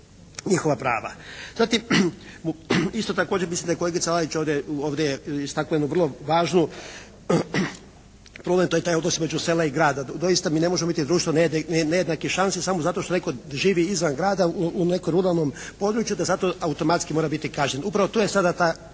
njihova prava. Zatim isto također mislim da je kolegica Lalić ovdje istakla jednu vrlo važnu, problem to je taj odnos između sela i grada. Doista mi ne možemo biti društvo nejednake šanse samo zato što netko živi izvan grada u nekom ruralnom području da zato automatski mora biti kažnjen. Upravo to je sada ta